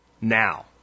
Now